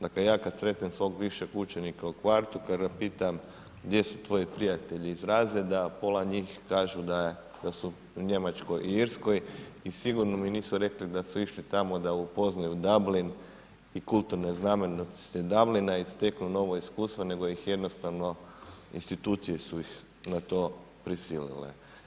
Dakle, ja kad sretnem svog bivšeg učenika u kvartu, kada pitam, gdje su tvoji prijatelji iz razreza, pola njih kažu da su u Njemačkoj i Irskoj i sigurno mi nisu rekli, da su išli tamo da upoznaju Dublin i kulturne znamenitosti Dublina i steklo novo iskustvo nego ih jednostavno, institucije su ih na to prisilile.